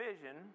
vision